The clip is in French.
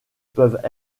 peuvent